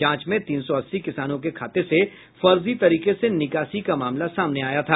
जांच में तीन सौ अस्सी किसानों के खाते से फर्जी तरीके से निकासी का मामला सामने आया था